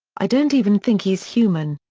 i don't even think he's human.